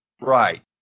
Right